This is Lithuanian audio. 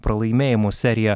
pralaimėjimų seriją